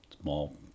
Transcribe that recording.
small